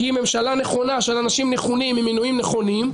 כי היא ממשלה נכונה של אנשים נכונים עם מינויים נכונים.